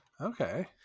Okay